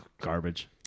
Garbage